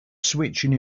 switching